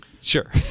Sure